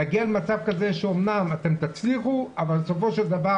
נגיע למצב כזה שאמנם אתם תצליחו אבל בסופו של דבר